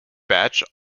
batch